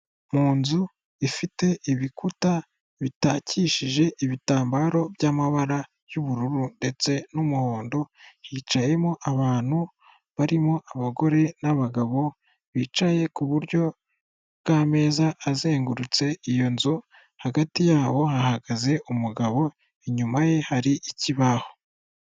Mu nzu ifite ibikuta bitakishije ibitambaro by'amabara y'ubururu ndetse n'umuhondo hicayemo abantu barimo abagore n'abagabo bicaye ku buryo bw'ameza azengurutse iyo nzu, hagati yabo hahagaze umugabo inyuma ye hari ikibaho.